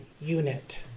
unit